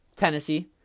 Tennessee